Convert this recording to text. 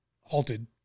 halted